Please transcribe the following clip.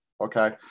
okay